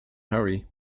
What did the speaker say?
hurry